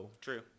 True